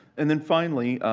and then, finally,